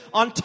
on